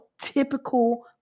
typical